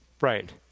Right